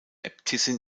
äbtissin